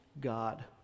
God